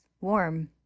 warm